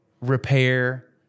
repair